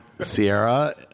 Sierra